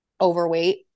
overweight